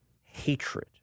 hatred